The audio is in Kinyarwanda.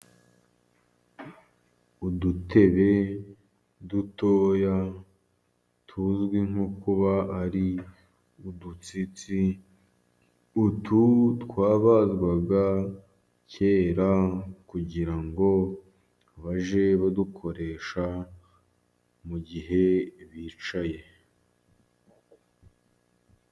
Udutebe dutoya tuzwi nko kuba ari udutsitsi, utu twabazwaga kera kugira ngo bajye badukoresha mu gihe bicaye.